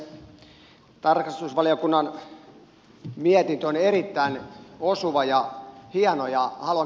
tarkastusvaliokunnan mietintö on erittäin osuva ja hieno